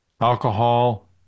alcohol